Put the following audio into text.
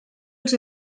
els